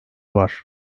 var